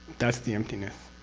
that's the emptiness.